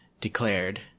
declared